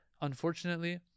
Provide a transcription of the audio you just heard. Unfortunately